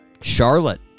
charlotte